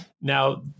Now